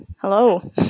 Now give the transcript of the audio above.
Hello